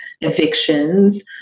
evictions